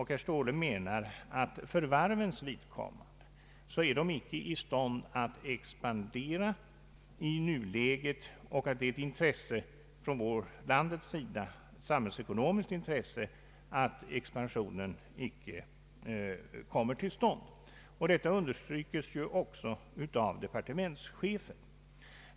Herr Ståhle menar att varven inte har möjlighet att expandera i nuläget och att det är ett samhällsekonomiskt intresse för vårt land att en expansion icke kommer till stånd. Detta understryks också av departementschefen.